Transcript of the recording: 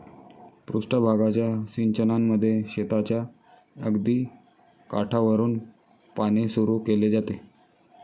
पृष्ठ भागाच्या सिंचनामध्ये शेताच्या अगदी काठावरुन पाणी सुरू केले जाते